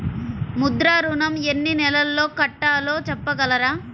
ముద్ర ఋణం ఎన్ని నెలల్లో కట్టలో చెప్పగలరా?